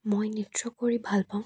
মই নৃত্য কৰি ভাল পাওঁ